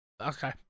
okay